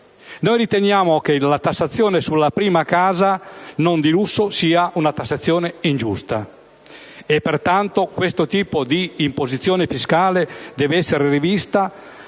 Riteniamo che la tassazione sulla prima casa non di lusso sia ingiusta e pertanto che questo tipo di imposizione fiscale debba essere rivista,